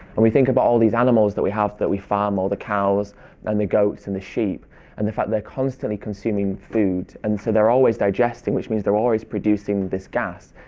and we think about all these animals that we have that we farm all the cows and the goats and the sheep and the fact they're constantly consuming food and so they're always digesting which means they're always producing this gas.